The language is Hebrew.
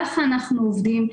כך אנחנו עובדים.